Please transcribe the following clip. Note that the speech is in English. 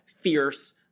fierce